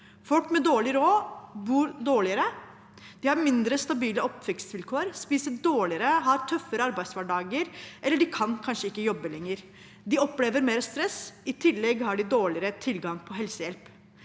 Folk med dårlig råd bor dårligere, de har mindre stabile oppvekstvilkår, spiser dårligere, har tøffere arbeidshverdager eller kan kanskje ikke jobbe lenger. De opplever mer stress. I tillegg har de dårligere tilgang på helsehjelp.